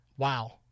Wow